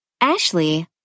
Ashley